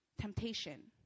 Temptation